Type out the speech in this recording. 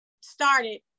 started